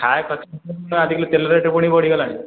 ଖାଇବା ଖର୍ଚ୍ଚ ଆଜିକାଲି ତେଲ ରେଟ୍ ପୁଣି ବଢ଼ିଗଲାଣି